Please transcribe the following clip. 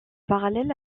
parallèle